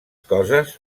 coses